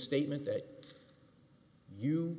statement that you